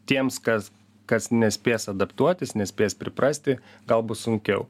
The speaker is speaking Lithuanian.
tiems kas kas nespės adaptuotis nespės priprasti gal bus sunkiau